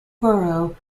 borough